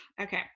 okay